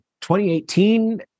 2018